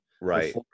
Right